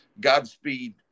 Godspeed